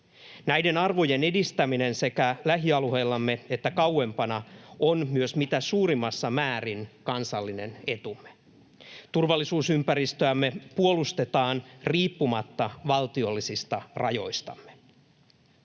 Näiden arvojen edistäminen sekä lähialueillamme että kauempana on myös mitä suurimmassa määrin kansallinen etumme. Turvallisuusympäristöämme puolustetaan riippumatta valtiollisista rajoistamme.